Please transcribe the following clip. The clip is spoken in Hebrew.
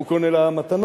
הוא קונה לה מתנות